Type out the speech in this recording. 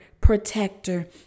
protector